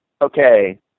Okay